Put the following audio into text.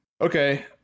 Okay